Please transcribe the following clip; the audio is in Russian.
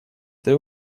этой